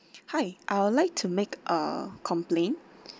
hi I would like to make a complaint